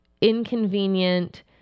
inconvenient